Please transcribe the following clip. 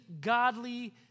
godly